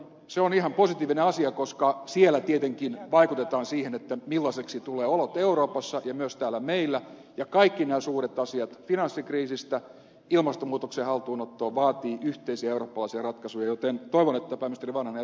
se on ihan positiivinen asia koska siellä tietenkin vaikutetaan siihen millaisiksi tulevat olot euroopassa ja myös täällä meillä ja kaikki nämä suuret asiat finanssikriisistä ilmastonmuutoksen haltuunottoon vaativat yhteisiä eurooppalaisia ratkaisuja joten toivon että pääministeri vanhanen jatkaa samalla linjalla